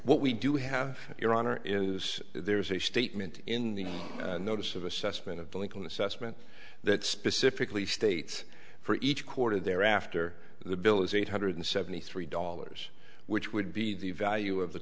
what we do have your honor is there is a statement in the notice of assessment of delinquent assessment that specifically states for each quarter there after the bill is eight hundred seventy three dollars which would be the value of the